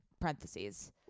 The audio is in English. parentheses